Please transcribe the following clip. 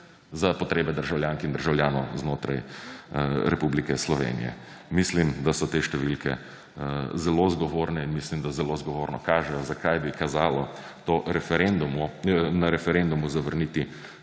za potrebe državljank in državljanov znotraj Republike Slovenije. Mislim, da so te številke zelo zgovorne, in mislim, da zelo zgovorno kažejo, zakaj bi kazalo na referendumu zavrniti